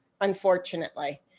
unfortunately